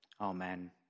Amen